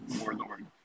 warlord